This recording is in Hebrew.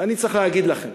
ואני צריך להגיד לכם: